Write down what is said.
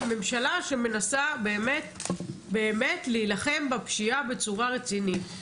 אנחנו ממשלה שמנסה באמת להילחם בפשיעה בצורה רצינית,